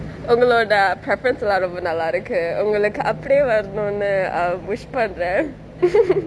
உங்களோடே:ungalodae preference லே ரொம்ப நல்லாருக்கு உங்களுக்கு அப்படியே வரனும்னு:le rombe nallaruku ungaluku apadiye varanumnu err wish பண்றேன்:pandren